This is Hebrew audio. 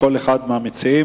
לכל אחד מהמציעים.